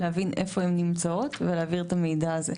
להבין איפה הן נמצאות, ולהעביר את המידע הזה.